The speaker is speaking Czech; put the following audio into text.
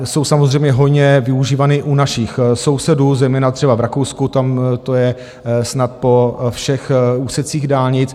Jsou samozřejmě hojně využívané u našich sousedů, zejména třeba v Rakousku, tam to je snad po všech úsecích dálnic.